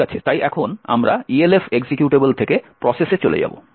ঠিক আছে তাই এখন আমরা ELF এক্সিকিউটেবল থেকে প্রসেসে চলে যাবো